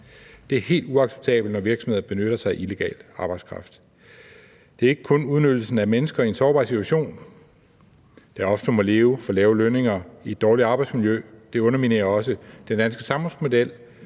Det er helt uacceptabelt, når virksomheder benytter sig af illegal arbejdskraft. Det er ikke kun på grund af udnyttelsen af mennesker i en sårbar situation, der ofte må leve for lave lønninger i et dårligt arbejdsmiljø, det underminerer også den danske samfundsmodel,